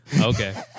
Okay